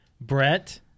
Brett